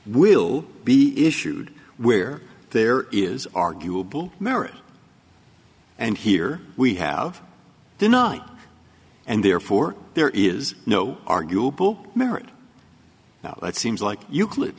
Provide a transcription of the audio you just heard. will be issued where there is arguable merit and here we have the night and therefore there is no arguable merit now it seems like euclid